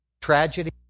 tragedy